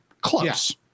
Close